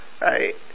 Right